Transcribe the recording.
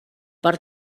per